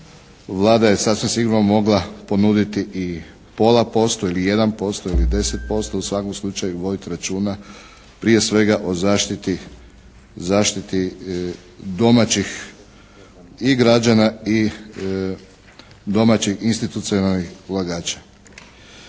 Vlada je sasvim sigurno mogla ponuditi i pola posto ili jedan posto ili deset posto, u svakom slučaju voditi računa prije svega o zaštiti, zaštiti domaćih i građana i domaćih institucionalnih ulagača.